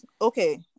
Okay